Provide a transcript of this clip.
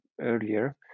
earlier